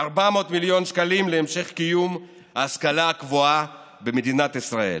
400 מיליון שקלים להמשך קיום ההשכלה הגבוהה במדינת ישראל.